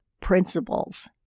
principles